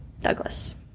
Douglas